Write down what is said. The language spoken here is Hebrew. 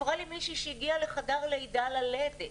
סיפרה לי מישהי שהגיעה לחדר לידה ללדת,